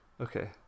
Okay